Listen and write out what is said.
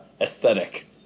aesthetic